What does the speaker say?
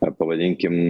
ar pavadinkim